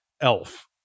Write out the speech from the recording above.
elf